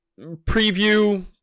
preview